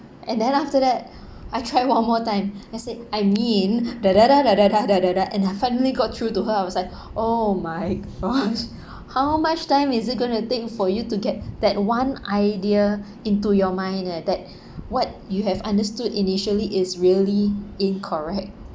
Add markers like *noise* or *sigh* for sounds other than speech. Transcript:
and then after that I try one more time I said I mean *noise* and I finally got through to her I was like oh my gosh how much time is it going to take for you to get that one idea into your mind eh that what you have understood initially is really incorrect